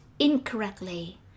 incorrectly